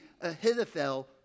Ahithophel